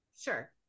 Sure